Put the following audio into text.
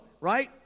right